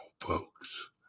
folks